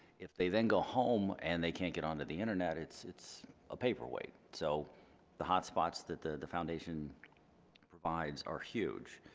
if they then go home and they can't get onto the internet, it's it's a paperweight, so the hotspots that the the foundation provides are huge.